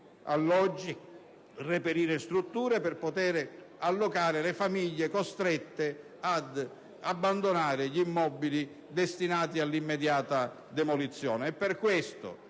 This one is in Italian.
alloggi e strutture per poter allocare le famiglie costrette ad abbandonare gli immobili destinati all'immediata demolizione.